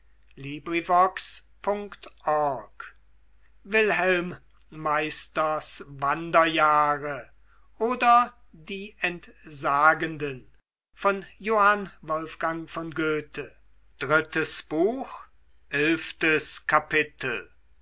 wilhelm meisters wanderjahre oder die entsagenden